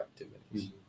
activities